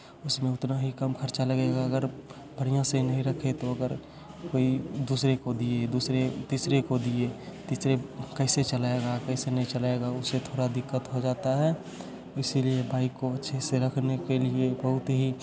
उसमें उतना ही कम खर्चा लगेगा अगर बढ़िया से नहीं रखे तो अगर कोई दूसरे को दिए दूसरे तीसरे को दिए तीसरे कैसे चलाएगा कैसे नहीं चलाएगा उससे थोड़ा दिक्कत हो जाता है इसलिए बाइक को अच्छे से रखने के लिए बहुत ही